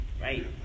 right